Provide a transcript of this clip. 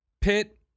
Pitt